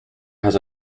has